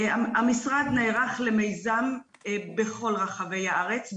המשרד נערך למיזם בכל רחבי הארץ.